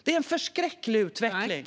Det är en förskräcklig utveckling.